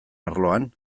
arloan